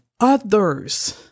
others